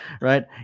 Right